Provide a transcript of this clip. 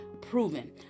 proven